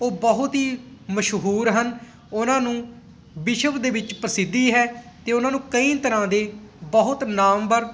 ਉਹ ਬਹੁਤ ਹੀ ਮਸ਼ਹੂਰ ਹਨ ਉਹਨਾਂ ਨੂੰ ਵਿਸ਼ਵ ਦੇ ਵਿੱਚ ਪ੍ਰਸਿੱਧੀ ਹੈ ਅਤੇ ਉਹਨਾਂ ਨੂੰ ਕਈ ਤਰ੍ਹਾਂ ਦੇ ਬਹੁਤ ਨਾਮਵਰ